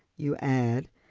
you add,